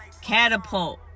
catapult